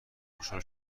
خوشحال